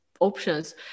options